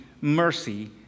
mercy